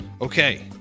Okay